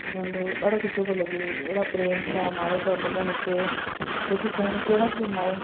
असांखे ॾाढो सुठो पियो लॻे अहिड़ा प्रेम सां माण्हू पिया मिलनि हुते छो कि फ़ोन कंहिं वटि बि न हो